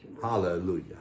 Hallelujah